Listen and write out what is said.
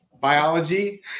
biology